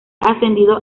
ascendido